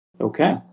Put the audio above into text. Okay